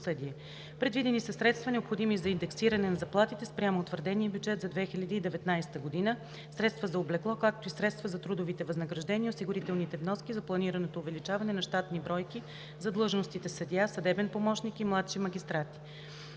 правосъдие. Предвидени са средства, необходими за индексиране на заплатите спрямо утвърдения бюджет за 2019 г., средства за облекло, както и средства за трудовите възнаграждения и осигурителните вноски за планираното увеличаване на щатни бройки за длъжностите съдия, съдебен помощник и младши магистрат.